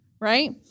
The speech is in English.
Right